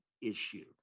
issue